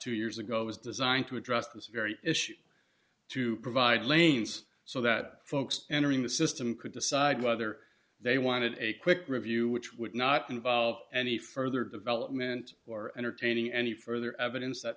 two years ago was designed to address this very issue to provide lanes so that folks entering the system could decide whether they wanted a quick review which would not involve any further development or entertaining any further evidence that